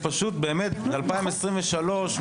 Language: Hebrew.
2023,